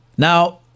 Now